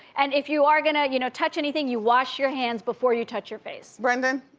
and if you are gonna, you know, touch anything, you wash your hands before you touch your face. brandon?